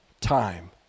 time